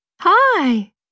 Hi